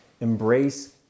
Embrace